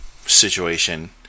situation